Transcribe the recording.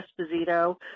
Esposito